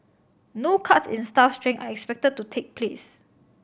no cuts in staff strength are expected to take place